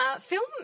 Film